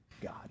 God